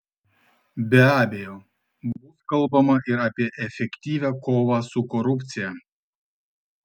be abejo bus kalbama ir apie efektyvią kovą su korupcija